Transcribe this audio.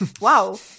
Wow